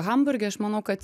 hamburge aš manau kad